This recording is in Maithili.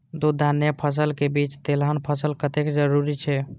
दू धान्य फसल के बीच तेलहन फसल कतेक जरूरी छे?